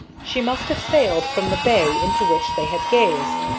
she must have sailed from the bay into which they had gazed,